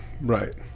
right